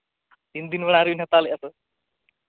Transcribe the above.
ᱛᱤᱱ ᱫᱤᱱ ᱞᱟᱦᱟ ᱨᱮᱵᱤᱱ ᱦᱟᱛᱟᱣ ᱞᱮᱫᱟ ᱛᱚ